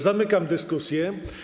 Zamykam dyskusję.